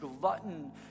glutton